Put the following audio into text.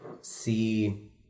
see